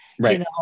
Right